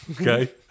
okay